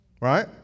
right